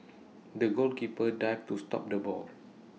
the goalkeeper dived to stop the ball